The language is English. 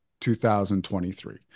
2023